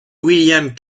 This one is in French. william